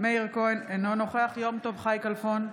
מאיר כהן, אינו נוכח יום טוב חי כלפון,